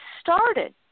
started